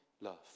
love